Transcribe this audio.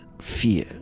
fear